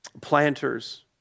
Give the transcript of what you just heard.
planters